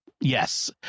Yes